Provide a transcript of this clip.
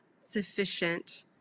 sufficient